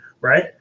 right